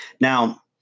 Now